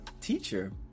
teacher